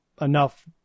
enough